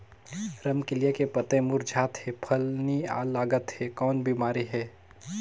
रमकलिया के पतई मुरझात हे फल नी लागत हे कौन बिमारी हे?